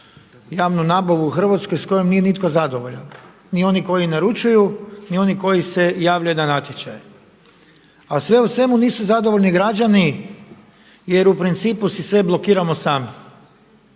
javnu nabavu u Hrvatskoj s kojom nije nitko zadovoljan, ni oni koji naručuju, ni oni koji se javljaju na natječaj. A sve u svemu nisu zadovoljni građani jer u principu si sve blokiramo sami